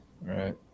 Right